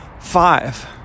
Five